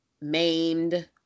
maimed